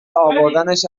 اوردنش